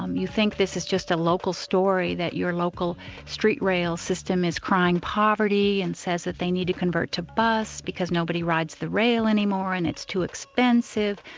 um you think this is just a local story that your local street rail system is crying poverty and says that they need to convert to bus because nobody rides the rail any more, and it's too expensive,